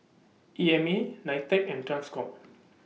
E M A NITEC and TRANSCOM